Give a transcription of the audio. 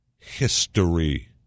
History